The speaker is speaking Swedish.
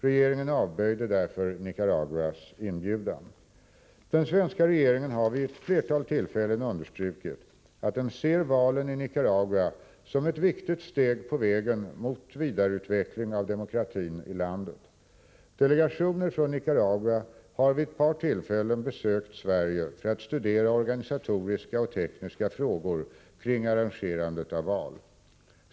Regringen avböjde därför Nicaraguas inbjudan. Den svenska regeringen har vid ett flertal tillfällen understrukit att den ser valen i Nicaragua som ett viktigt steg på vägen mot en vidareutveckling av demokratin i landet. Delegationer från Nicaragua har vid ett par tillfällen besökt Sverige för att studera organisatoriska och tekniska frågor kring arrangerandet av val.